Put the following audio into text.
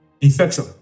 infection